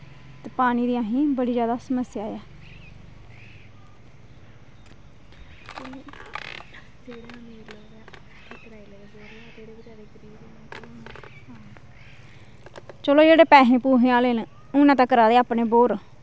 ते पानी दी असेंगी बड़ी जादा समस्या ऐ चलो जेह्ड़े पैहें पूहें आह्ले न उ'नें ते कराए दे अपने बोर